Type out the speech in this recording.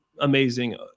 amazing